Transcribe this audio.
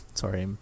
sorry